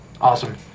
Awesome